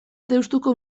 deustuko